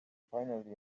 finally